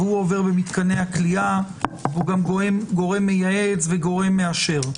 הוא עובר במתקני הכליאה והוא גם גורם מייעץ וגורם מאשר,